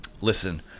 listen